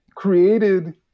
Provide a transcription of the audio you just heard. created